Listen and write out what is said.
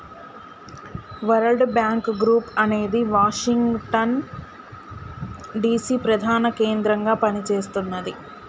world bank group అనేది Washington DC ప్రధాన కేంద్రంగా పనిచేస్తున్నది